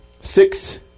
six